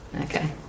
Okay